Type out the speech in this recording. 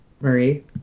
Marie